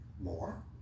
more